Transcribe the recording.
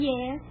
Yes